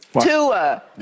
Tua